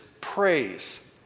praise